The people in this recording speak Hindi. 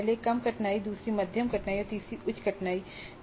पहली कम कठिनाई है दूसरी मध्यम कठिनाई है और तीसरी उच्च कठिनाई स्तर है